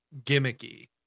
gimmicky